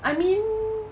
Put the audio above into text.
I mean